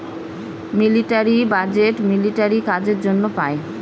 military budget military কাজের জন্য পাই